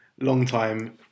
long-time